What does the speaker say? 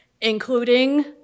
including